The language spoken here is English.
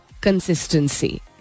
consistency